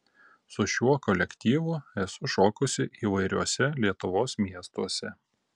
su šiuo kolektyvu esu šokusi įvairiuose lietuvos miestuose